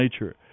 nature